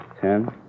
Ten